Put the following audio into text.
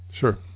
Sure